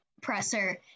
presser